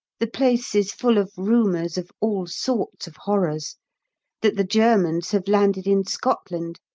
the place is full of rumours of all sorts of horrors that the germans have landed in scotland,